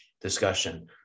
discussion